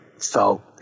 felt